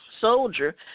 soldier